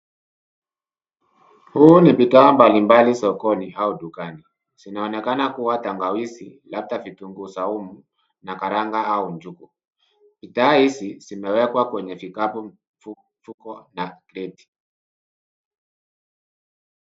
Hizi ni bidhaa mbali mbali sokoni au dukani. Zinaonekana kuwa tangawizi labda kitukuu za humuu na karanga au njugu. Bidhaa hizi zimewekwa kwenye vikapu mfugo na kredi.